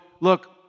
look